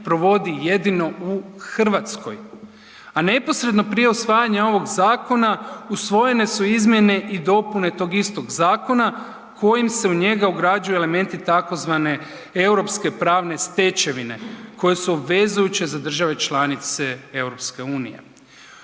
provodi jedino u Hrvatskoj a neposredno prije usvajanja ovog zakona, usvojene su izmjene i dopune tog istog zakona kojim se u njega ugrađuje elementi tzv. europske pravne stečevine koje su obvezujuće za države članice EU-a.